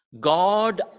God